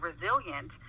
resilient